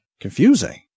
confusing